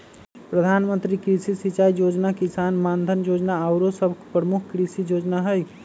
प्रधानमंत्री कृषि सिंचाई जोजना, किसान मानधन जोजना आउरो सभ प्रमुख कृषि जोजना हइ